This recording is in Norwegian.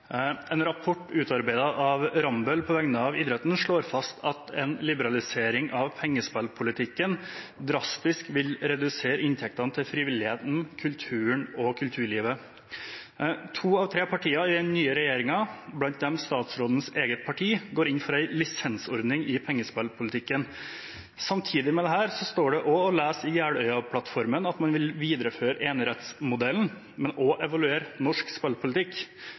En rapport utarbeidet av Rambøll på vegne av idretten slår fast at en liberalisering av pengespillpolitikken drastisk vil redusere inntektene til frivilligheten, kulturen og kulturlivet. To av tre partier i den nye regjeringen, blant dem statsrådens eget parti, går inn for en lisensordning i pengespillpolitikken. Samtidig står det å lese i Jeløya-plattformen at man vil videreføre enerettsmodellen, men også evaluere norsk spillpolitikk.